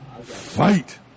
Fight